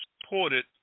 supported